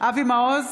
אבי מעוז,